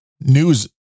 news